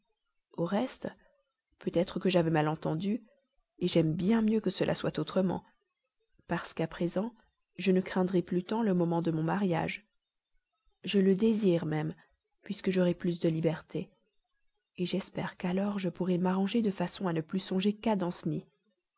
au reste peut-être que j'avais mal entendu j'aime bien mieux que cela soit autrement parce qu'à présent je ne craindrai plus tant le moment de mon mariage je le désire même puisque j'aurai plus de liberté j'espère qu'alors je pourrai m'arranger de façon à ne plus songer qu'à danceny